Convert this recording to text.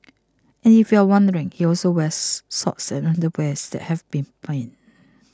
and if you're wondering he also wears socks and underwear that have been binned